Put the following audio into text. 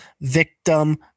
victim